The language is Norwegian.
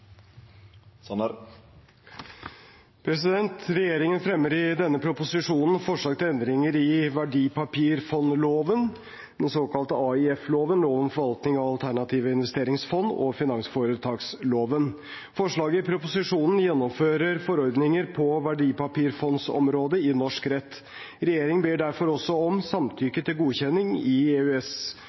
Regjeringen fremmer i denne proposisjonen forslag til endringer i verdipapirfondloven, den såkalte AIF-loven, lov om forvaltning av alternative investeringsfond og finansforetaksloven. Forslaget i proposisjonen gjennomfører forordninger på verdipapirfondsområdet i norsk rett. Regjeringen ber derfor også om samtykke til godkjenning i